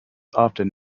often